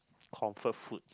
comfort food